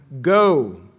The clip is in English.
Go